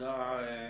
נקודה טובה.